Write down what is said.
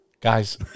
Guys